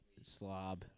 slob